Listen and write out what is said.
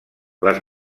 les